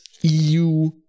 EU